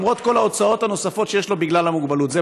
למרות כל ההוצאות הנוספות שיש לו בגלל המוגבלות.